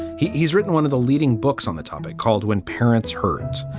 he's he's written one of the leading books on the topic called when parents heard.